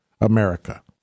America